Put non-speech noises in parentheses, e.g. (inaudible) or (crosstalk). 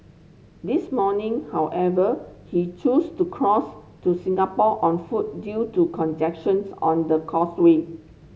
this morning however he choose to cross to Singapore on foot due to congestion (unintelligible) on the causeway